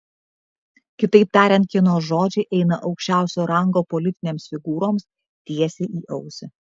kitaip tariant kieno žodžiai eina aukščiausio rango politinėms figūroms tiesiai į ausį